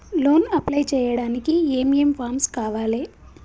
Loan apply చేయడానికి ఏం ఏం ఫామ్స్ కావాలే?